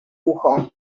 ucho